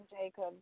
Jacob